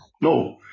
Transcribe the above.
no